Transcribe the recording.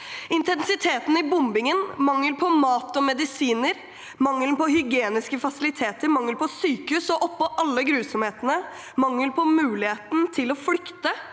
Intensiteten i bombingen, mangelen på mat og medisiner, mangelen på hygieniske fasiliteter, mangelen på sykehus og, oppå alle grusomhetene, mangelen på muligheten til å flykte